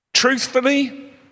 Truthfully